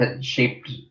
shaped